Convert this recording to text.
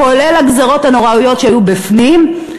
כולל הגזירות הנוראיות שהיו בפנים,